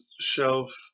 shelf